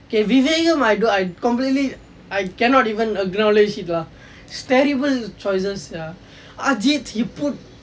ok Vivegam I don't I completely I cannot even acknowledge it lah it's terrible choices lah ajith he put